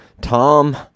Tom